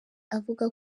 avuga